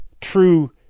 true